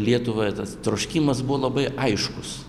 lietuvoje tas troškimas buvo labai aiškus